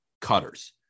cutters